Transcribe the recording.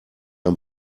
ein